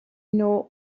know